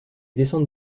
descentes